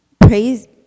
praise